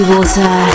Water